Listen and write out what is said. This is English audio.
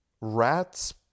rats